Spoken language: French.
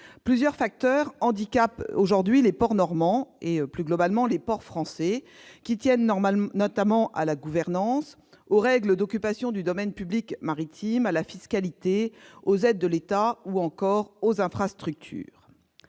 Plusieurs facteurs handicapent aujourd'hui les ports normands et, plus globalement, les ports français. Ces handicaps tiennent notamment à la gouvernance, aux règles d'occupation du domaine public maritime, à la fiscalité, aux aides de l'État ou encore aux infrastructures.